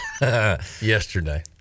yesterday